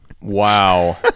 Wow